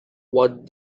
what